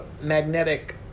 magnetic